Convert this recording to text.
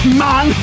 man